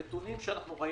הנתונים שאנחנו ראינו,